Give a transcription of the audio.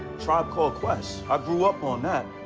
tribe called quest. i grew up on that.